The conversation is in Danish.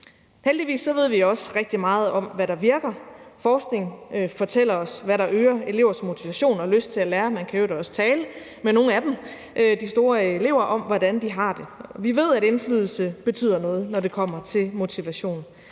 Heldigvis ved vi også rigtig meget om, hvad der virker. Forskning fortæller os, hvad der øger elevernes motivation og lyst til at lære, og man kan i øvrigt også tale med nogle af de store elever om, hvordan de har det. Vi ved, at indflydelse betyder noget, når det kommer til motivation.